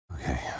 Okay